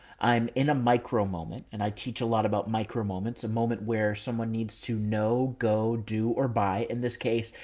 i'm in a micro moment and i teach a lot about micro moments, a moment where someone needs to know, go do or buy. in this case,